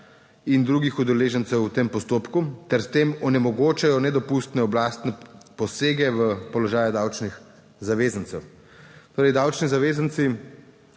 in drugih udeležencev v tem postopku ter s tem onemogočajo nedopustne posege v položaj davčnih zavezancev. Torej davčni zavezanci